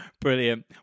Brilliant